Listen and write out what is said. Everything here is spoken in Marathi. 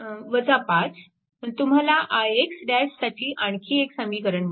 5 तुम्हाला ix साठी आणखी एक समीकरण मिळेल